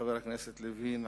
חבר הכנסת לוין,